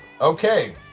Okay